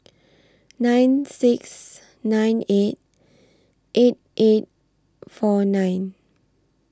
nine six nine eight eight eight four nine